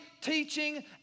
teaching